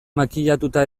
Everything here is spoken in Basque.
makillatuta